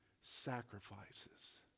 sacrifices